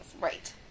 Right